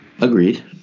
Agreed